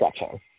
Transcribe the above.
section